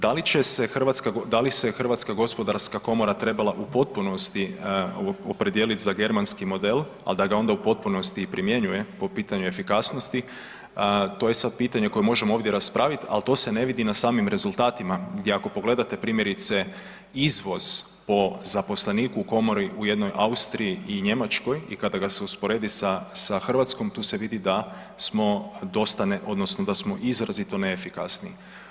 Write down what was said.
Da li će se, da li se Hrvatska gospodarska komora trebala u potpunosti opredijeliti za germanski model, ali da ga onda u potpunosti i primjenjuje po pitanju efikasnosti to je sad pitanje koje možemo ovdje raspraviti ali to se ne vidi na samim rezultatima gdje ako pogledate primjerice izvoz po zaposleniku u komori u jednoj Austriji i Njemačkoj i kada ga se usporedi sa Hrvatskom tu se vidi da smo dosta odnosno da smo izrazito neefikasni.